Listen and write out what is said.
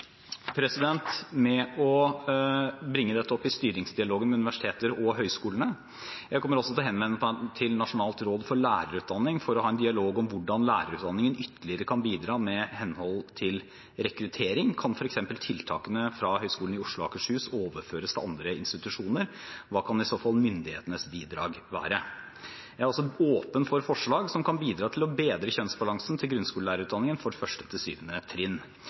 å bringe dette opp i styringsdialogen med universiteter og høgskoler. Jeg kommer også til å henvende meg til Nasjonalt råd for lærerutdanning for å ha en dialog om hvordan lærerutdanningen ytterligere kan bidra med hensyn til rekruttering. Kan f.eks. tiltakene fra Høgskolen i Oslo og Akershus overføres til andre institusjoner? Hva kan i så fall myndighetenes bidrag være? Jeg er også åpen for forslag som kan bidra til å bedre kjønnsbalansen til grunnskolelærerutdanningen for 1.–7. trinn. Jeg vil samtidig benytte anledningen til